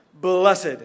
Blessed